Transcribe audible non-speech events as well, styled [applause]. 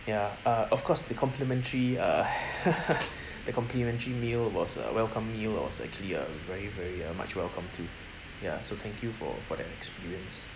ya uh of course the complimentary uh [laughs] the complimentary meal was uh welcome meal was actually uh very very much welcome too ya so thank you for for that experience